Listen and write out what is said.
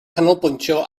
canolbwyntio